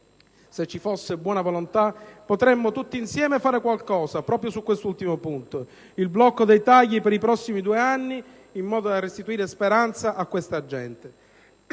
Se ci fosse buona volontà potremmo tutti insieme fare qualcosa proprio su quest'ultimo punto: il blocco dei tagli per i prossimi due anni, in modo da restituire speranza a questa gente.